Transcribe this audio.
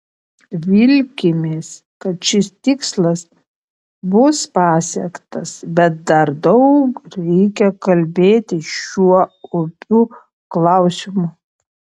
vilkimės kad šis tikslas bus pasiektas bet dar daug reikia kalbėti šiuo opiu klausimu